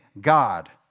God